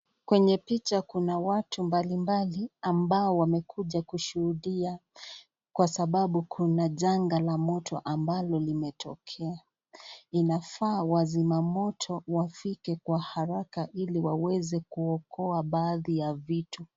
Kwenye picha kuna watu mbalimbali ambao wamekuja kushuhudia kwa sababu kuna janga la moto ambalo limetokea, inafaa wazima moto wafike kwa haraka ili waweze kuokoa baadhi ya vitu.